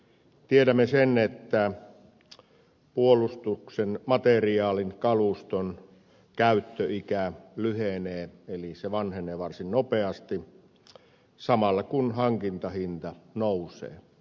tiedämme sen että puolustuksen materiaalin kaluston käyttöikä lyhenee eli se vanhenee varsin nopeasti samalla kun hankintahinta nousee